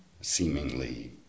seemingly